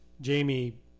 Jamie